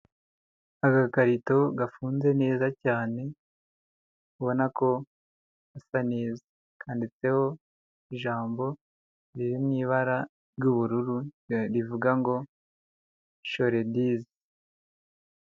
Agakarito gafunze neza cyane ubona ko gasaneza kanditseho ijambo riri mu ibara ry'ubururu rivuga ngo choleduz.